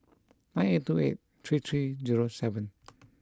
nine eight two eight three three zero seven